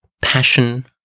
passion